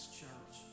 church